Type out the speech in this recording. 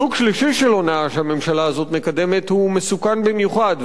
סוג שלישי של הונאה שהממשלה הזאת מקדמת הוא מסוכן במיוחד,